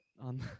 on